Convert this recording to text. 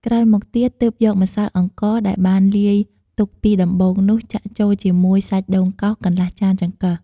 ក្រោយមកទៀត ទើបយកម្សៅអង្ករ ដែលបានលាយទុកពីដំបូងនោះ ចាក់ចូលជាមួយ សាច់ដូងកោស កន្លះចានចង្កឹះ។